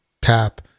tap